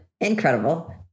incredible